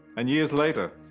and years later,